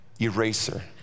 eraser